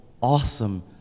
awesome